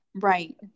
right